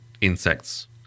Insects